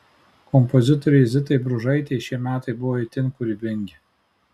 kompozitorei zitai bružaitei šie metai buvo itin kūrybingi